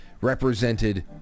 represented